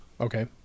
Okay